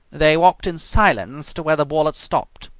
they walked in silence to where the ball had stopped.